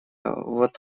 вот